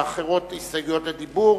האחרות הסתייגויות לדיבור.